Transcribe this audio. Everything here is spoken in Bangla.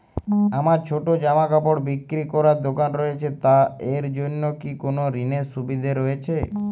আমার ছোটো জামাকাপড় বিক্রি করার দোকান রয়েছে তা এর জন্য কি কোনো ঋণের সুবিধে রয়েছে?